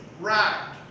right